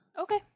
Okay